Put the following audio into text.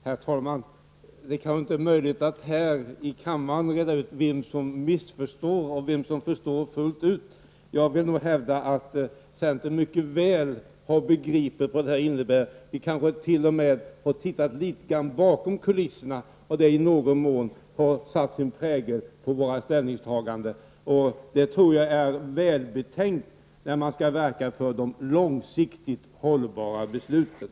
Herr talman! Det är kanske inte möjligt att här i kammaren reda ut vem som missförstår och vem som förstår fullt ut. Jag vill nog hävda att vi i centern mycket väl har begripit vad detta innebär. Vi kanske t.o.m. har tittat litet bakom kulisserna, och det har i någon mån satt sin prägel på våra ställningstaganden. Det tror jag är välbetänkt när man skall verka för de långsiktigt hållbara besluten.